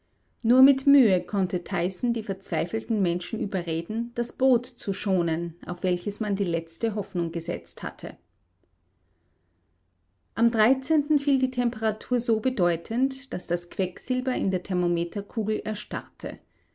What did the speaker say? nur mit mühe konnte tyson die verzweifelten menschen überreden das boot zu schonen auf welches man die letzte hoffnung gesetzt hatte am fiel die temperatur so bedeutend daß das quecksilber in der thermometerkugel erstarrte